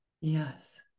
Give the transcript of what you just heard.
Yes